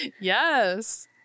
Yes